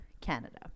Canada